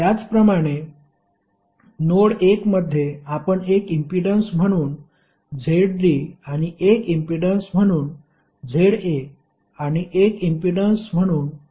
त्याचप्रमाणे नोड 1 मध्ये आपण एक इम्पीडन्स म्हणून ZD आणि एक इम्पीडन्स म्हणून ZA आणि एक इम्पीडन्स म्हणून ZB जोडत आहोत